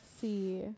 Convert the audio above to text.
see